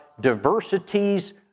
diversities